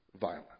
violence